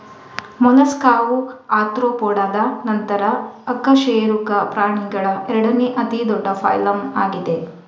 ಮೊಲಸ್ಕಾವು ಆರ್ತ್ರೋಪೋಡಾದ ನಂತರ ಅಕಶೇರುಕ ಪ್ರಾಣಿಗಳ ಎರಡನೇ ಅತಿ ದೊಡ್ಡ ಫೈಲಮ್ ಆಗಿದೆ